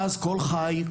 ואז קול חי,